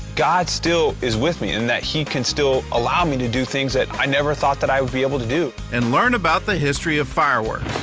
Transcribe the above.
god still is with me in that he can still allow me to do things that i never thought i would be able to do. and learn about the history of fireworks.